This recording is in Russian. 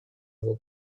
его